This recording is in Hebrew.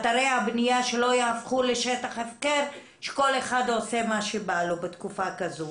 שאתרי הבנייה לא יהפכו לשטח הפקר שכל אחד עושה מה שבא לו בתקופה כזו.